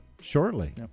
shortly